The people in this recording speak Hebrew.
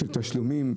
תשלומים,